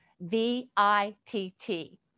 V-I-T-T